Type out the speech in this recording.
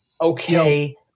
okay –